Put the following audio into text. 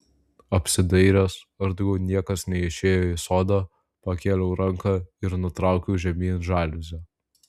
apsidairęs ar daugiau niekas neišėjo į sodą pakėliau ranką ir nutraukiau žemyn žaliuzę